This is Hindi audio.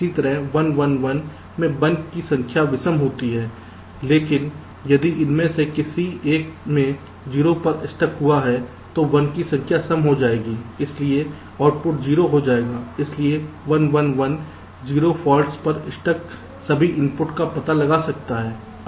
इसी तरह 111 में 1 की संख्या विषम होती है लेकिन यदि उनमें से किसी एक में 0 पर स्टक हुआ है तो 1 की संख्या सम हो जाएगी इसलिए आउटपुट 0 हो जाएगा इसलिए 1 1 1 0 फाल्ट पर स्टक सभी इनपुट का पता लगा सकता है